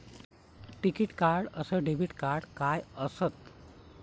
टिकीत कार्ड अस debit card काय असत?